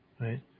right